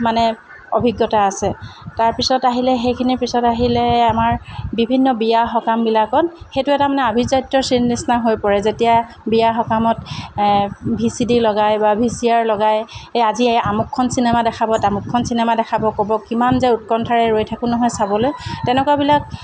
মানে অভিজ্ঞতা আছে তাৰপিছত আহিলে সেইখিনিৰ পিছত আহিলে আমাৰ বিভিন্ন বিয়া সকামবিলাকত সেইটো এটা মানে আভিজাত্যৰ চিন নিচিনা হৈ পৰে যেতিয়া বিয়া সকামত ভি চি ডি লগাই বা ভি চি আৰ লগাই এই আজি আমুকখন চিনেমা দেখাব তামুকখন চিনেমা দেখাব ক'ব কিমান যে উৎকণ্ঠাৰে ৰৈ থাকোঁ নহয় চাবলৈ তেনেকুৱাবিলাক